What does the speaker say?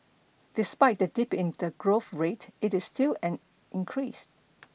despite the dip in the growth rate it is still an increase